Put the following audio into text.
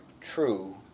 true